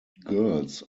girls